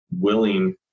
willing